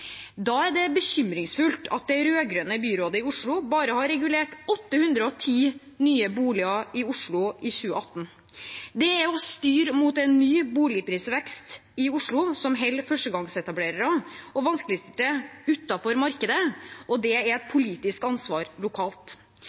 Da er det bekymringsfullt at det rød-grønne byrådet i Oslo bare har regulert 810 nye boliger i Oslo i 2018. Det er å styre mot en ny boligprisvekst i Oslo som holder førstegangsetablerere og vanskeligstilte utenfor markedet, og det er et politisk ansvar lokalt.